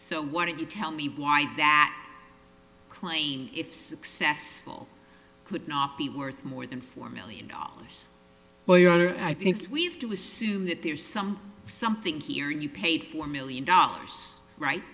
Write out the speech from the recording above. so why don't you tell me why that claim if successful could not be worth more than four million dollars i think it's we've to assume that there's some something here you paid four million dollars right